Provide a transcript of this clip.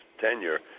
tenure